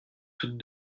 toutes